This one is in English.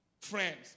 friends